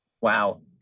Wow